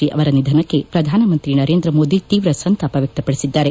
G ಅವರ ನಿಧನಕ್ಕೆ ಪ್ರಧಾನಮಂತ್ರಿ ನರೇಂದ್ರ ಮೋದಿ ತೀವ್ರ ಸಂತಾಪ ವ್ಯಕ್ತಪಡಿಸಿದ್ದಾರೆ